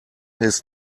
his